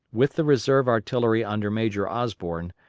with the reserve artillery under major osborne,